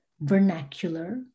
vernacular